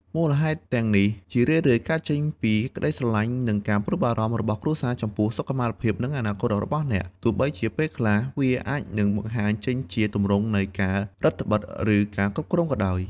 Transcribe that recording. មូលហេតុទាំងនេះជារឿយៗកើតចេញពីក្តីស្រឡាញ់ និងការព្រួយបារម្ភរបស់គ្រួសារចំពោះសុខុមាលភាព និងអនាគតរបស់អ្នក ទោះបីជាពេលខ្លះវាអាចនឹងបង្ហាញចេញជាទម្រង់នៃការរឹតត្បិត ឬការគ្រប់គ្រងក៏ដោយ។